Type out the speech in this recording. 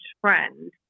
friend